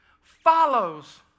follows